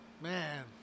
Man